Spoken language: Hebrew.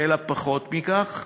אלא פחות מכך.